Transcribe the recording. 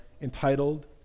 entitled